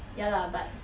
ya lah but